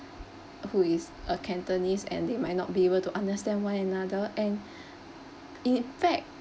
who is a cantonese and they might not be able to understand one another and in fact